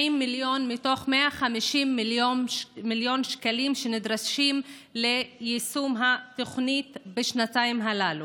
מיליון מתוך 150 מיליון שקלים שנדרשים ליישום התוכנית בשנתיים הללו.